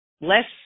less